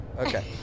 Okay